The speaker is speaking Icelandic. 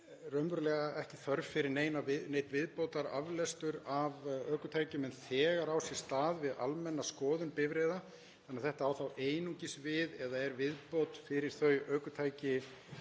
raunverulega ekki þörf fyrir neinn viðbótaraflestur af ökutækjum en þegar á sér stað við almenna skoðun bifreiða þannig að þetta á einungis við eða er viðbót fyrir þau ökutæki